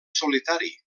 solitari